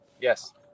yes